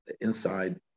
inside